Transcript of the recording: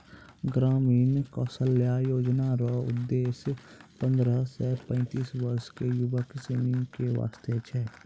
ग्रामीण कौशल्या योजना रो उद्देश्य पन्द्रह से पैंतीस वर्ष के युवक सनी के वास्ते छै